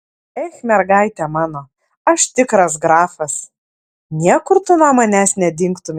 ech mergaite mano aš tikras grafas niekur tu nuo manęs nedingtumei